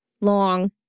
long